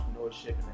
entrepreneurship